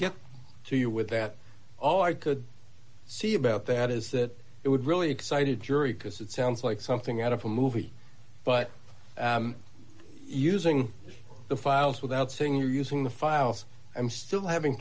get to you with that all i could see about that is that it would really excited jury because it sounds like something out of a movie but using the files without seeing you using the files i'm still having